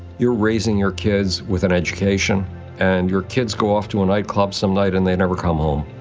you're raising your kids with an education and your kids go off to a nightclub some night and they never come home.